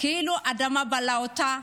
כאילו האדמה בלעה אותה.